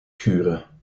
schuren